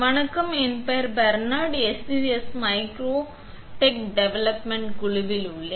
வணக்கம் என் பெயர் Bernard SUSS micro tech development குழுவில் உள்ளேன்